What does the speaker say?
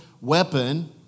weapon